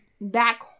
Back